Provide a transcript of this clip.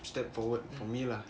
step forward for me lah